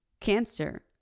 cancer